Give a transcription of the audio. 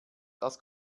das